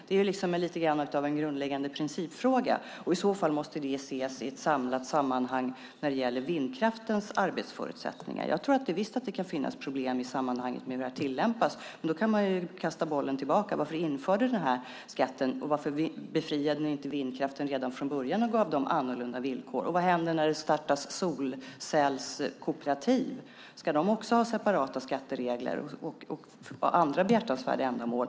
Det är lite grann av en grundläggande principfråga. I så fall måste det ses i ett samlat sammanhang när det gäller vindkraftens arbetsförutsättningar. Jag tror visst att det kan finnas problem när detta tillämpas, men då kan man kasta bollen tillbaka: Varför införde ni den här skatten? Varför befriade ni inte vindkraften redan från början och gav dem annorlunda villkor? Och vad händer när det startas solcellskooperativ? Ska de också ha separata skatteregler? Hur är det med andra behjärtansvärda ändamål?